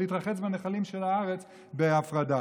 להתרחץ בנחלים של הארץ בהפרדה.